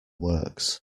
works